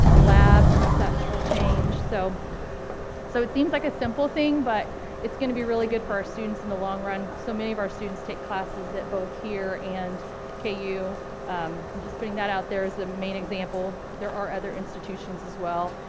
labs and such will change. so so it seems like a simple thing, but it's going to be really good for our students in the long run. so many of our students take classes at both here and ku, you know i'm just putting that out there as the main example. there are other institutions as well.